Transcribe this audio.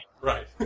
Right